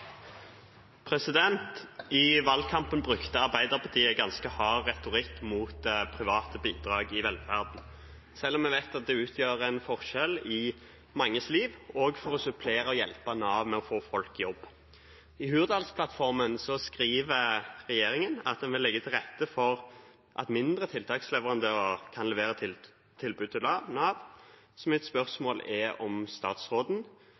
valgkampen brukte Arbeiderpartiet ganske hard retorikk mot private bidrag i velferden, selv om vi vet at de gjør en viktig forskjell i manges liv, også for å supplere og hjelpe Nav med å få folk i jobb. I Hurdalsplattformen står det at regjeringen vil legge til rette for at mindre tiltaksleverandører kan levere tilbud til